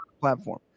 platform